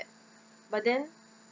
but then